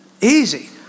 Easy